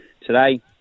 today